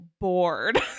bored